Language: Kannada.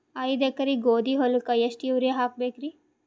ಐದ ಎಕರಿ ಗೋಧಿ ಹೊಲಕ್ಕ ಎಷ್ಟ ಯೂರಿಯಹಾಕಬೆಕ್ರಿ?